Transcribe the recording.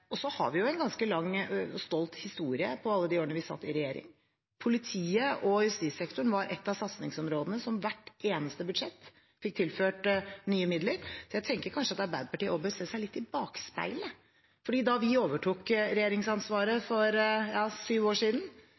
Og vi har en ganske lang, stolt historie fra alle de årene vi satt i regjering. Politiet og justissektoren var et av satsingsområdene som i hvert eneste budsjett fikk tilført nye midler. Jeg tenker kanskje at Arbeiderpartiet også bør se litt i bakspeilet, for da vi overtok regjeringsansvaret for syv år siden,